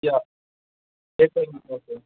yeah day time okay